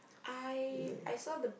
I I saw the